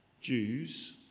Jews